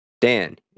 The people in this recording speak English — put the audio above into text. Dan